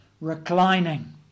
reclining